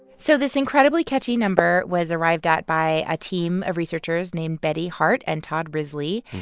so this incredibly catchy number was arrived at by a team of researchers named betty hart and todd risley.